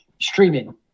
streaming